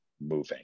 moving